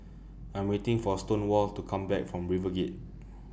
I'm waiting For Stonewall to Come Back from RiverGate